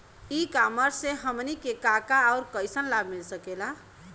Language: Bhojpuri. ई कॉमर्स से हमनी के का का अउर कइसन लाभ मिल सकेला?